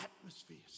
Atmospheres